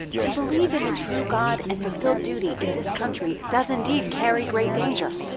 to believe in the true god and fulfill duty in this country does indeed carry great danger.